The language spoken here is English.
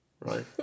Right